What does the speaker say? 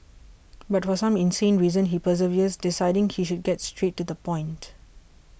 but for some insane reason he perseveres deciding he should get straight to the point